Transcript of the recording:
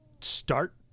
start